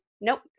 Nope